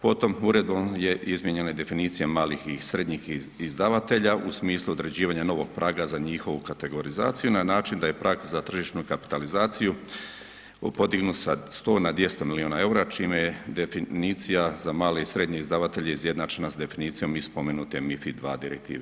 Potom uredbom je izmijenjena i definicija malih i srednjih izdavatelja u smislu određivanja novog praga za njihovu kategorizaciju na način da je prag za tržišnu kapitalizaciju podignut sa 100 na 200 miliona EUR-a čime je definicija male i srednje izdavatelje izjednačena s definicijom iz spomenute MF2 Direktive.